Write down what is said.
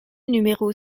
numéro